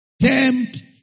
tempt